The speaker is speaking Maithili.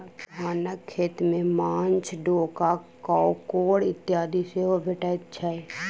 धानक खेत मे माँछ, डोका, काँकोड़ इत्यादि सेहो भेटैत छै